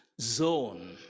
zone